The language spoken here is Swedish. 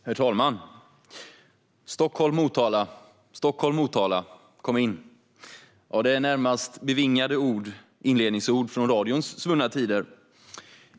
Herr talman! "Stockholm Motala, Stockholm Motala." Det är närmast bevingade inledningsord från radions svunna tider.